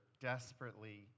desperately